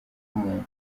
bw’umuntu